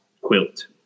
quilt